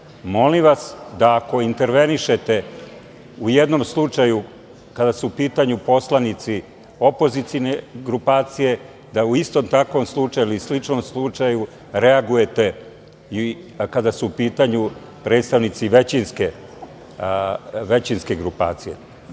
Molim vas da ako intervenišete u jednom slučaju kada su u pitanju poslanici opozicione grupacije, da u istom takvom slučaju ili sličnom slučaju reagujete i kada su u pitanju predstavnici većinske grupacije.